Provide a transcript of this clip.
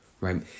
right